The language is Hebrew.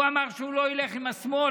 הוא אמר שהוא לא ילך עם השמאל,